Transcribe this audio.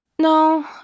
No